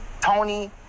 Tony